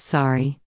Sorry